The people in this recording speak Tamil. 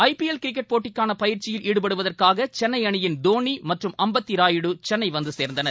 ஐ பிஎல் கிரிக்கெட் போட்டிக்கானபயிற்சியில் ஈடுபடுவதற்காக்கென்னைஅணியின் தோளிமற்றும் அம்பத்திராய்டுசென்னைவந்துசே்ந்தனர்